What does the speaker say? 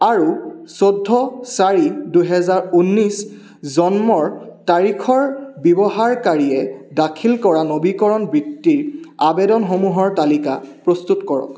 আৰু চৈধ্য চাৰি দুহেজাৰ ঊনৈছ জন্মৰ তাৰিখৰ ব্যৱহাৰকাৰীয়ে দাখিল কৰা নৱীকৰণ বৃত্তি আৱেদনসমূহৰ তালিকা প্ৰস্তুত কৰক